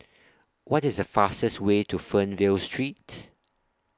What IS The fastest Way to Fernvale Street